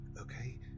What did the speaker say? Okay